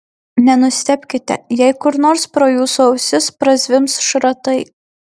nenustebkite jei kur nors pro jūsų ausis prazvimbs šratai